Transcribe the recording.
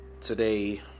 today